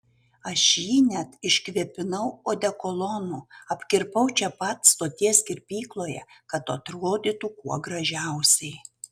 aš jį net iškvėpinau odekolonu apkirpau čia pat stoties kirpykloje kad atrodytų kuo gražiausiai